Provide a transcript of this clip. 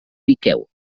piqueu